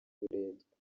uburetwa